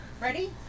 Ready